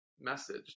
message